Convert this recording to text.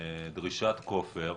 דרישת כופר,